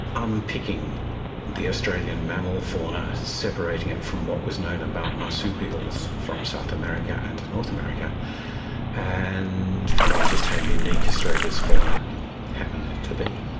unpicking the australian mammal fauna, separating it from what was known about marsupials from south america and north america and finding just how unique australia's fauna happened to be.